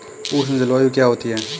उष्ण जलवायु क्या होती है?